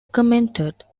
commented